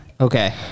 Okay